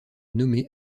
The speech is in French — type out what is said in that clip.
nommé